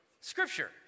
Scripture